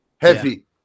Heavy